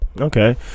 okay